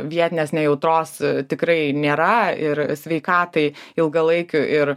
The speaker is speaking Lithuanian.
vietinės nejautros tikrai nėra ir sveikatai ilgalaikių ir